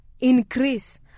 increase